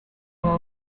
aba